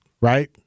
right